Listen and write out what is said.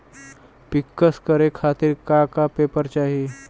पिक्कस करे खातिर का का पेपर चाही?